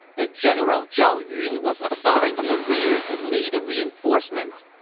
the general zhao yun was assigned to the rear to lead the reinforcements.